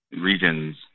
regions